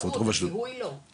זאת אומרת --- הזיהוי לא.